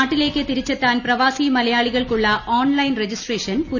നാട്ടിലേക്ക് തിരിച്ചെത്താൻ പ്രവാസി മലയാളികൾക്കുള്ള ഔൺലൈൻ രജിസ്ട്രേഷൻ പുരോഗമിക്കുന്നു